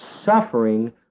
suffering